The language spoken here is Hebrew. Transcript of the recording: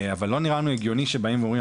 אבל לא נראה לנו הגיוני שבאים ואומרים,